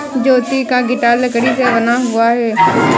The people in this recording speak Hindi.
ज्योति का गिटार लकड़ी से बना हुआ है